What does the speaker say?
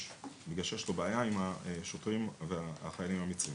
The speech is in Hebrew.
בגלל שיש לו בעיה עם השוטרים והחיילים המצריים.